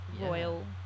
royal